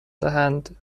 دهند